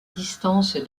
distance